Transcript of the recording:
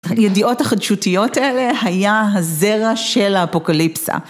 הידיעות החדשותיות האלה היה הזרע של האפוקליפסה.